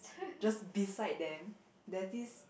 just beside them there's this